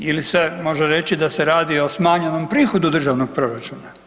Ili se može reći da se radi o smanjenom prihodu Državnog proračuna.